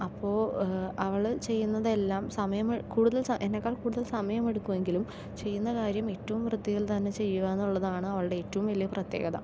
അപ്പോൾ അവൾ ചെയ്യുന്നതെല്ലാം സമയം കൂടുതൽ എന്നേക്കാൾ കൂടുതൽ സമയം എടുക്കുമെങ്കിലും ചെയ്യുന്ന കാര്യം ഏറ്റവും വൃത്തിയിൽ തന്നെ ചെയ്യുക എന്നുള്ളതാണ് അവളുടെ ഏറ്റവും വലിയ പ്രത്യേകത